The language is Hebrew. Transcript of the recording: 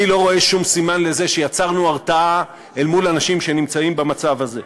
אני לא רואה שום סימן לזה שיצרנו הרתעה אל מול האנשים שנמצאים במצב הזה.